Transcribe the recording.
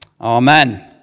Amen